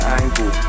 angle